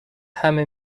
همه